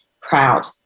proud